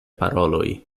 paroloj